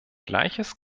gleiches